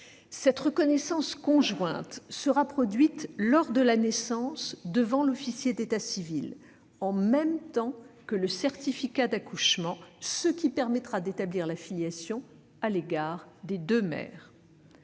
Cette reconnaissance conjointe sera produite lors de la naissance devant l'officier d'état civil en même temps que le certificat d'accouchement, ce qui permettra d'établir la filiation à l'égard des deux mères.